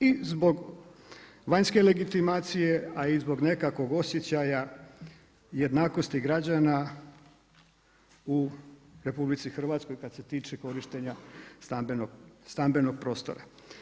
I zbog vanjske legitimacije, a i zbog nekakvog osjećaja jednakosti građana u RH kada se tiče korištenja stambenog prostora.